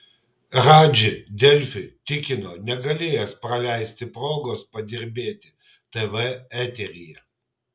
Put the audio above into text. radži delfi tikino negalėjęs praleisti progos padirbėti tv eteryje